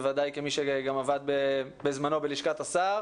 בוודאי כמי שגם עבד בזמנו בלשכת השר